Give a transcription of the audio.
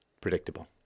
predictable